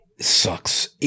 sucks